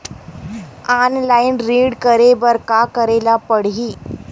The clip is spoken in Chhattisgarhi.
ऑनलाइन ऋण करे बर का करे ल पड़हि?